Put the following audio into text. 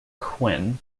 quinn